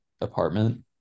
apartment